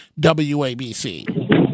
WABC